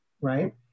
right